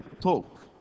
talk